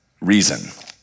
reason